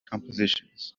compositions